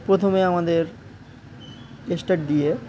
প্রথমে আমাদের স্টার্ট দিয়ে